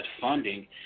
funding